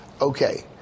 okay